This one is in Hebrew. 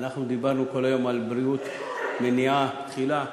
אנחנו דיברנו כל היום על בריאות ומניעה תחילה,